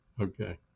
Okay